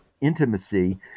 intimacy